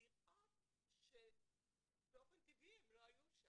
לראות שבאופן טבעי הם לא היו שם.